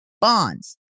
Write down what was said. Bonds